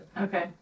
Okay